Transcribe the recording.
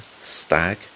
stag